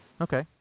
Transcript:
Okay